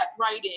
writing